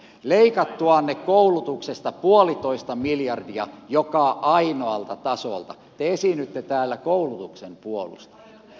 leikattuanne koulutuksesta puolitoista miljardia joka ainoalta tasolta te esiinnytte täällä koulutuksen puolustajana